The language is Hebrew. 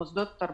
מוסדות התרבות,